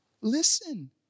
listen